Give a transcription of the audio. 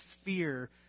sphere